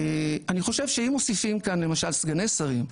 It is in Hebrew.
אני חושב שאם מוסיפים כאן למשל סגני שרים,